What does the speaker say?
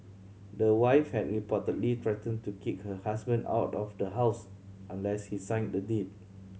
the wife had reportedly threatened to kick her husband out of the house unless he signed the deed